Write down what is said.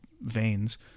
veins